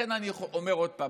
אני אומר עוד פעם,